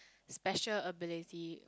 special ability